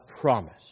promise